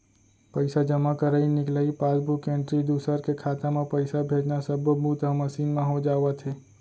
पइसा जमा करई, निकलई, पासबूक एंटरी, दूसर के खाता म पइसा भेजना सब्बो बूता ह मसीन म हो जावत हे